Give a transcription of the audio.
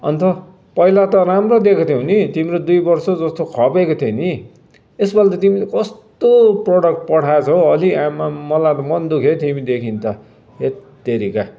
अन्त पहिला त राम्रो दिएको थियौ नि तिम्रो दुई वर्षको जस्तो खपेको थियो नि यसपालि त तिमीले कस्तो प्रडक्ट पठाएछौ हो अलि आम्माम् मलाई मन दुख्यो तिमीदेखि त हेत्तेरिका